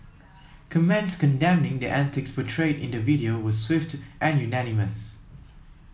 comments condemning the antics portrayed in the video were swift and unanimous